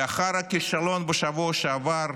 לאחר הכישלון בשבוע שעבר,